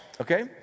okay